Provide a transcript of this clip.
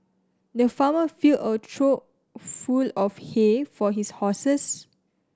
the farmer filled a trough full of hay for his horses